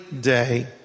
day